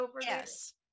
Yes